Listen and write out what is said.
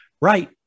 Right